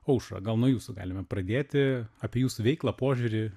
aušra gal nuo jūsų galime pradėti apie jūsų veiklą požiūrį